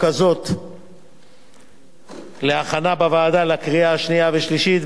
הזאת להכנה בוועדה לקריאה שנייה ושלישית,